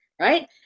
right